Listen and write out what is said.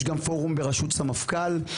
יש גם פורום בראשות סמפכ"ל,